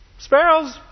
Sparrows